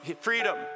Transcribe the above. freedom